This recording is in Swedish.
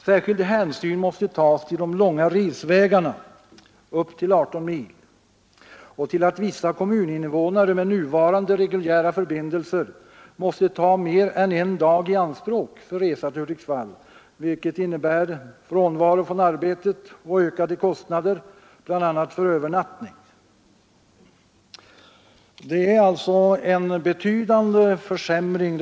Särskild hänsyn måste tas till de långa resvägarna — upp till 18 mil — och till att vissa kommuninvånare med nuvarande reguljära förbindelser måste ta mer än en dag i anspråk för resa till Hudiksvall, vilket innebär frånvaro från arbetet och ökade kostnader, bl.a. för övernattning. Indragningen skulle alltså innebära en betydande försämring.